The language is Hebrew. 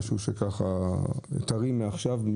משהו טרי מעכשיו,